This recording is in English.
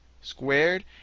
squared